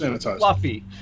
fluffy